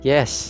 Yes